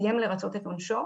שסיים לרצות את עונשו.